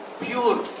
pure